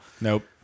nope